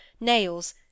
nails